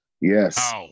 Yes